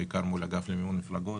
בעיקר מול אגף למימון מפלגות.